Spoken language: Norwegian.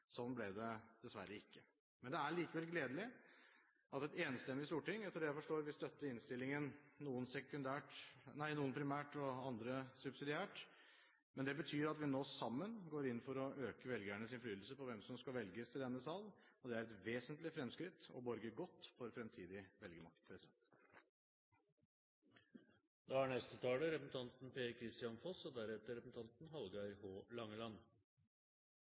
Sånn ble det dessverre ikke. Men det er likevel gledelig at et enstemmig storting, etter det jeg forstår, vil støtte innstillingen, noen primært og andre subsidiært. Det betyr at vi nå sammen går inn for å øke velgernes innflytelse på hvem som skal velges til denne sal. Det er et vesentlig fremskritt og borger godt for fremtidig velgermakt. En god og effektiv valgordning som sikrer at velgerne får gjennomslag for sine preferanser når det gjelder både politikk og personer, er